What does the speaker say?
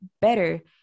better